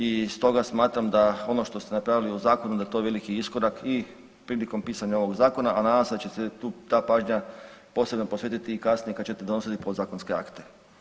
I stoga smatram da ono što ste napravili u zakonu da je to veliki iskorak i prilikom pisanja ovog zakona, a nadam se da će se ta pažnja posebno posvetiti kasnije kada ćete donositi podzakonske akte.